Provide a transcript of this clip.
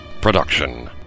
production